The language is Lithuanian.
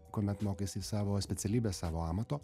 kuomet mokaisi savo specialybės savo amato